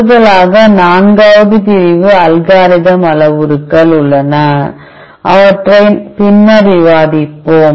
கூடுதலாக நான்காவது பிரிவு அல்காரிதம் அளவுருக்கள் உள்ளன அவற்றை பின்னர் விவாதிப்போம்